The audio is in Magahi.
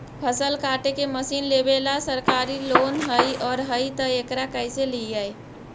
फसल काटे के मशीन लेबेला सरकारी लोन हई और हई त एकरा कैसे लियै?